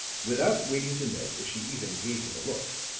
without waiting to note if she even gave him a look,